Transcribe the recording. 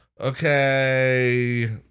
okay